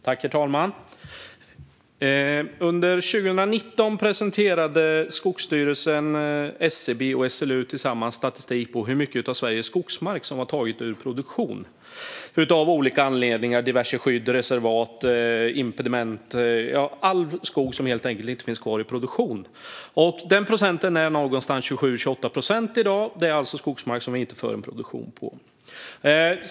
Herr talman! Under 2019 presenterade Skogsstyrelsen, SCB och SLU tillsammans statistik över hur mycket av Sveriges skogsmark som var tagen ur produktion av olika anledningar - diverse skydd, reserverat, impediment, all skog som helt enkelt inte finns kvar i produktion. Den procenten är 27-28 i dag. Det är alltså skogsmark som vi inte har någon produktion på.